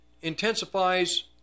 intensifies